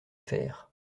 faire